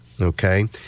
okay